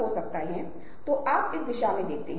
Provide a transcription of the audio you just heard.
वे सभी नेटवर्क की कोशिश करने की इस प्रवृत्ति को दर्शाते हैं